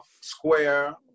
Square